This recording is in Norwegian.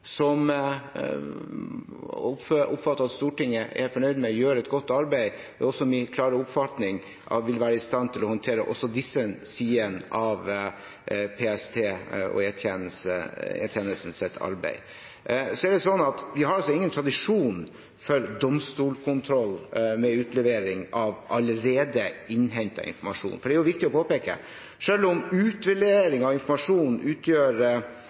er også min klare oppfatning. Det vil være i stand til å håndtere disse sidene ved PST og E-tjenestens arbeid. Vi har ingen tradisjon for domstolkontroll med utlevering av allerede innhentet informasjon. Det er viktig å påpeke at selv om utleveringen av informasjon utgjør